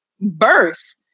birth